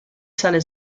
sale